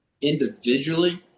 individually